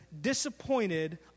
disappointed